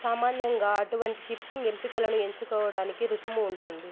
సామాన్యంగా అటువంటి షిప్పింగ్ ఎంపికలను ఎంచుకోవడానికి రుసుము ఉంటుంది